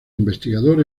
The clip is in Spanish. investigador